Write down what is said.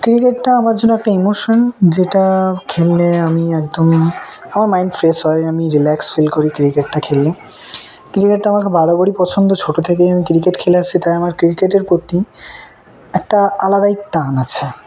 ক্রিকেটটা আমার জন্য একটা ইমোশন যেটা খেললে আমি একদমই আমার মাইন্ড ফ্রেশ হয় আমি রিল্যাক্স ফিল করি ক্রিকেটটা খেললে ক্রিকেটটা আমাকে বরাবরই পছন্দ ছোট থেকেই আমি ক্রিকেট খেলে আসছি তাই আমার ক্রিকেটের প্রতি একটা আলাদাই টান আছে